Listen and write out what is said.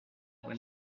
voie